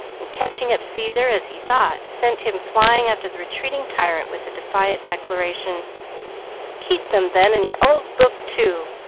and catching up caesar, as he thought, sent him flying after the retreating tyrant with the defiant declaration keep them, then, and your old book, too!